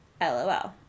LOL